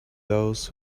those